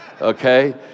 Okay